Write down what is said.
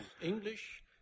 English